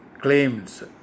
claims